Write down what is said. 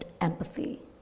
empathy